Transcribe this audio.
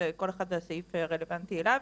כל אחד והסעיף הרלוונטי אליו.